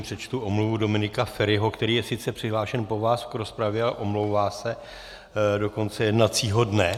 Přečtu omluvu Dominika Feriho, který je sice přihlášen po vás v rozpravě a omlouvá se do konce jednacího dne.